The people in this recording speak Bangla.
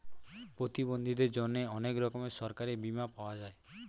প্রতিবন্ধীদের জন্যে অনেক রকমের সরকারি বীমা পাওয়া যায়